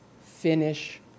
finish